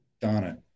Donna